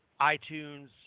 iTunes